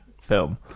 film